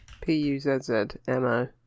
P-U-Z-Z-M-O